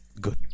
Good